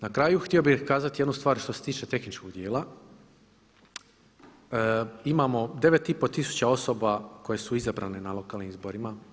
Na kraju htio bih kazati jednu stvar što se tiče tehničkog dijela, imamo 9,5 tisuća osoba koje su izabrane na lokalnim izborima.